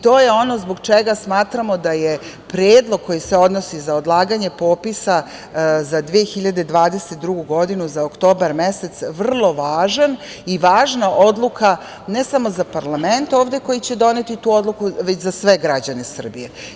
To je ono zbog čega smatramo da je predlog koji se odnosi za odlaganje popisa za 2022. godinu, za oktobar mesec vrlo važan i važna odluka ne samo za parlament ovde koji će doneti tu odluku, već za sve građane Srbije.